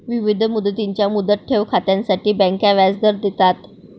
विविध मुदतींच्या मुदत ठेव खात्यांसाठी बँका व्याजदर देतात